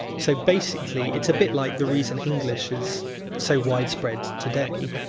so basically it's a bit like the reason english is so widespread today.